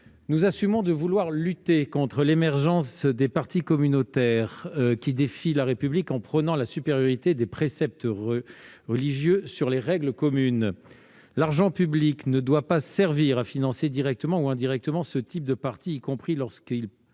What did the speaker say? Nous assumons de vouloir lutter contre l'émergence des partis communautaires, qui défient la République en prônant la supériorité des préceptes religieux sur les règles communes. L'argent public ne doit pas servir à financer directement ou indirectement ce type de parti, y compris lorsqu'il